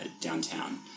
downtown